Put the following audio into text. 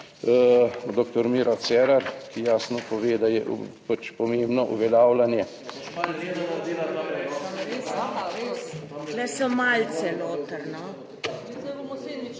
dr. Miro Cerar, ki jasno pove, da je pač pomembno uveljavljanje…